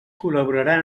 col·laboraran